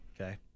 Okay